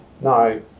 No